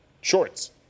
shorts